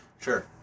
Sure